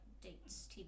Dates